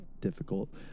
difficult